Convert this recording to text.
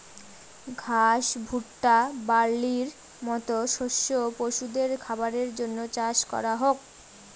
ঘাস, ভুট্টা, বার্লির মতো শস্য পশুদের খাবারের জন্য চাষ করা হোক